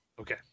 Okay